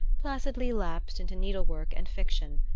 placidly lapsed into needlework and fiction,